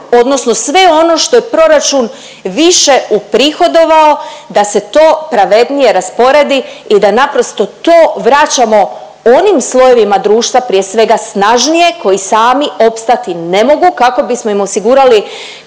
odnosno sve ono što je proračun više uprihodovao da se to pravednije rasporedi i da naprosto to vraćamo onim slojevima društva, prije svega snažnije koji sami opstati ne mogu kako bismo im osigurali